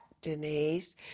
Denise